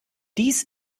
dies